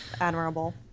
Admirable